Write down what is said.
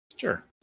Sure